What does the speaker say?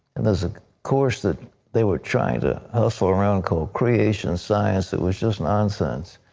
and there's a course that they were trying to hustle around called creation science that was just nonsense.